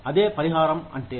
అదే పరిహారం అంటే